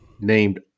named